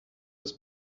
his